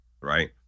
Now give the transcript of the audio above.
right